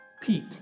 Pete